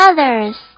Others